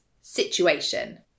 situation